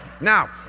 Now